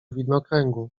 widnokręgu